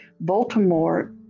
Baltimore